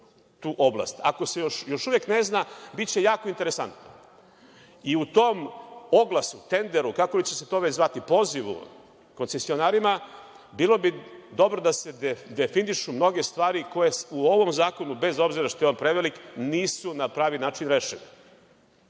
tu oblast. Ako se još uvek ne zna, biće jako interesantno i u tom oglasu, tenderu, kako će se to već zvati, pozivu koncesionarima, bilo bi dobro da se definišu mnoge stvari koje u ovom zakonu, bez obzira što je on prevelik, nisu na pravi način rešene.